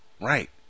Right